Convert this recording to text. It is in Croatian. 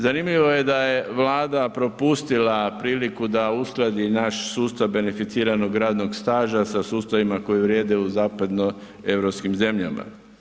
Zanimljivo je da je Vlada propustila priliku da uskladi naš sustav beneficiranog radnog staža sa sustavima koji vrijeme u zapadnoeuropskim zemljama.